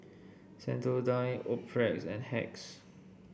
Sensodyne Optrex and Hacks